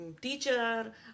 teacher